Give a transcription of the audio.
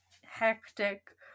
hectic